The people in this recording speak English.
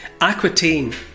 Aquitaine